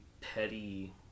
petty